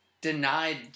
denied